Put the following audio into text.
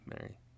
Mary